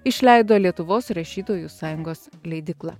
išleido lietuvos rašytojų sąjungos leidykla